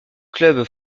club